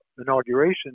inauguration